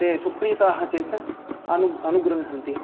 ते सुप्रीताः चेत् अनुगृण्हन्ति